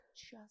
just-